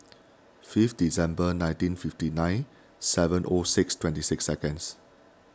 fifth December nineteen fifty nine seven O six twenty six seconds